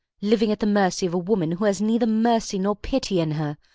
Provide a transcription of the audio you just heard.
living at the mercy of a woman who has neither mercy nor pity in her,